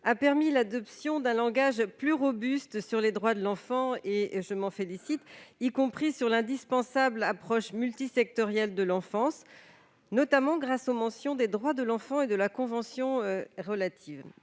a permis l'adoption d'un langage plus robuste sur les droits de l'enfant- je m'en félicite -, y compris sur l'indispensable approche multisectorielle de l'enfance, notamment grâce aux mentions des droits de l'enfant et de la convention